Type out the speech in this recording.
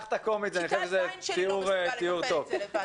גם ילד בכיתה ז' לא תמיד מסוגל לתפעל את זה לבד.